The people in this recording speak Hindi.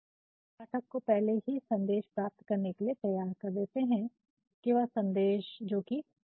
तो आप पाठक को पहले से ही संदेश प्राप्त करने के लिए तैयार करते हैं वह संदेश जो कि अप्रिय है